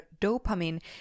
dopamine